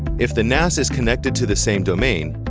if the nas is connected to the same domain,